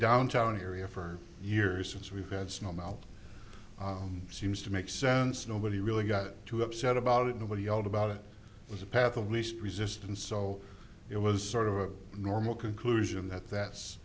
downtown area for years since we've had snow melt seems to make sense nobody really got too upset about it nobody out about it was a path of least resistance so it was sort of a normal